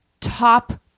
top